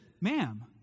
Ma'am